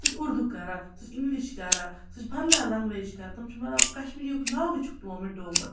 سُہ چھُ اردوٗ کَران سُہ چھِ اِنٛگلِش کَران سُہ چھِ بَدلا لنٛگویج کَران تِم چھِ مَطلب کشمیٖریُک ناوٕے چھُکھ تِمو مِٹومُت